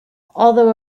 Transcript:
although